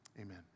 Amen